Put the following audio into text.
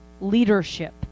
leadership